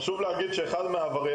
חשוב לי להגיד שאחד מהעבריינים,